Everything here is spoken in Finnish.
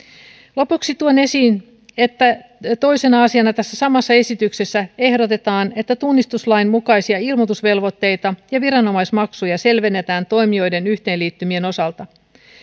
lopuksi tuon esiin että toisena asiana tässä samassa esityksessä ehdotetaan että tunnistuslain mukaisia ilmoitusvelvoitteita ja viranomaismaksuja selvennetään toimijoiden yhteenliittymien osalta